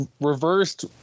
reversed